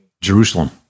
Jerusalem